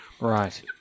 Right